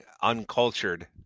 Uncultured